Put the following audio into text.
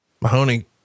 Mahoney